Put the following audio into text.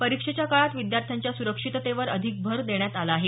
परिक्षेच्या काळात विद्यार्थ्यांच्या सुरक्षीततेवर अधिक भर देण्यात आला आहे